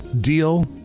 deal